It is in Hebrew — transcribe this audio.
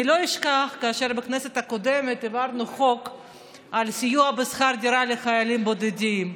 אני לא אשכח שהעברנו בכנסת הקודמת חוק לסיוע בשכר דירה לחיילים בודדים.